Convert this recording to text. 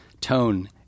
Tone